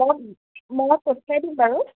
পচাই দিম বাৰু